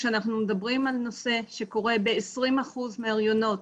כשאנחנו מדברים על נושא שקורה בכ-20% מההריונות,